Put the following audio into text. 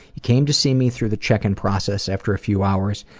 he came to see me through the check in process after a few hours,